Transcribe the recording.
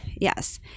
yes